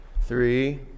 Three